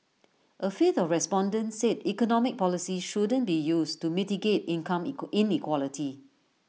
A fifth of respondents said economic policies shouldn't be used to mitigate income inequality